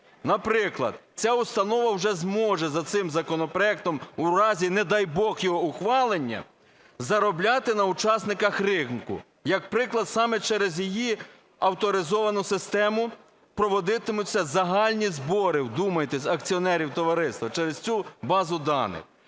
Наприклад, ця установа вже зможе за цим законопроектом у разі, не дай бог, його ухвалення, заробляти на учасниках ринку. Як приклад, саме через її авторизовану систему проводитимуться загальні збори, вдумайтесь, акціонерів товариства, через цю базу даних.